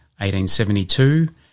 1872